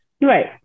right